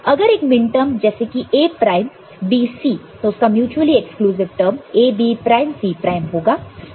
अगर एक मिनटर्म है जैसे कि A प्राइम B C तो उसका mutually exclusive minterm A B prime C prime होगा